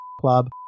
Club